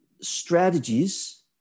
strategies